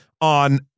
on